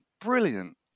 Brilliant